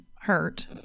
hurt